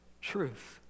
Truth